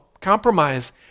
compromise